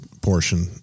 portion